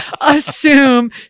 assume